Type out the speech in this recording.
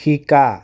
শিকা